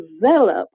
develop